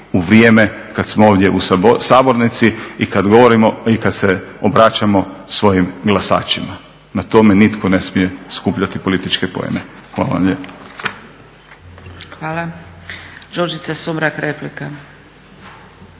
u vrijeme kad smo ovdje u sabornici i kad se obraćamo svojim glasačima. Na tome nitko ne smije skupljati političke poene. Hvala vam